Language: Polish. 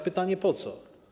Pytanie - po co?